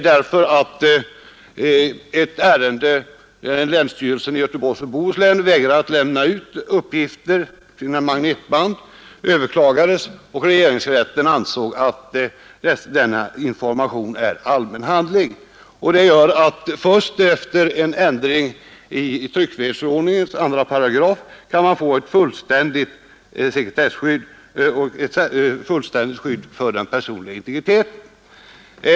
btt ärende där länsstyrelsen i Göteborgs och Bohus län värrade lämna ut uppgifter från sina magnetband överklagades nämligen, och regeringsrätten ansåg att denna information är allmän handling Först efter en ändring i tryckfrihetsförordningens 2 § kan man sdledes ta ett fullständigt sekretesskydd och ett fullständigt skydd för den personliga integriteten.